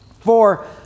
four